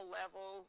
level